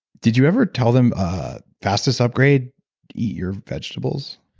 did you ever tell them fast this upgrade, eat your vegetables?